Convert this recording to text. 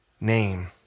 name